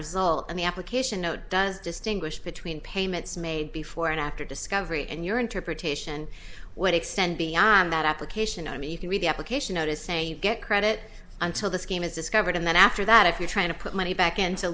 result in the application note does distinguish between payments made before and after discovery and your interpretation would extend beyond that application i mean you can read the application notice a get credit until the scheme is discovered and then after that if you're trying to put money back into